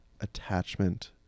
attachment